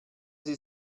sie